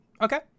Okay